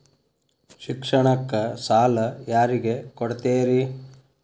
ಶಿಕ್ಷಣಕ್ಕ ಸಾಲ ಯಾರಿಗೆ ಕೊಡ್ತೇರಿ?